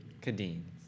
Cadine's